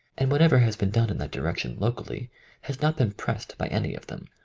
and what ever has been done in that direction locally has not been pressed by any of them,